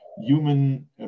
human